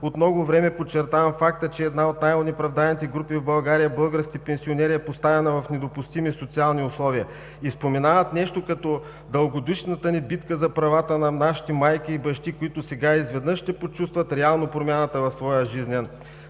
„От много време подчертавам факта, че една от най-онеправданите групи в България – българските пенсионери, е поставена в недопустими социални условия“. И споменават нещо като „дългогодишната ни битка за правата на нашите майки и бащи, които сега изведнъж ще почувстват реално промяната в своя жизнен